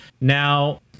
Now